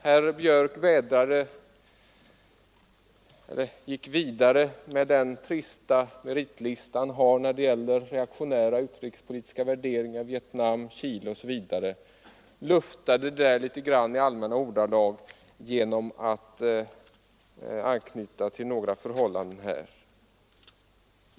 Herr Björck gick vidare med den trista meritlista han har när det gäller reaktionära utrikespolitiska värderingar — Vietnam, Chile osv. — och luftade dem litet i allmänna ordalag genom att anknyta till några förhållanden här.